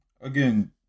again